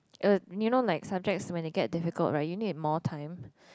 uh you know like subjects when it get difficult right you need more time